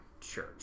church